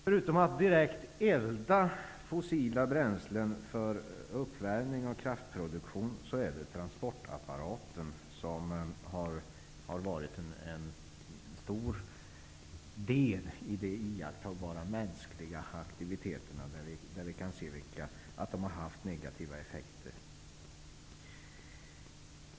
Förutom direkt uppeldning av fossila bränslen för uppvärmning och kraftproduktion har en stor del av de mänskliga aktiviteter som iakttagbart har haft negativa effekter utövats inom transportapparaten.